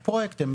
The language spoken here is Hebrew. פרויקטים.